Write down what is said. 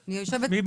אני חושב שאתם